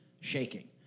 shaking